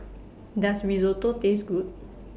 Does Risotto Taste Good